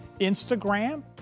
Instagram